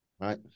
right